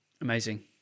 Amazing